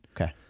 okay